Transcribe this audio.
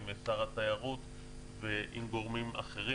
עם שר התיירות וגם גורמים אחרים,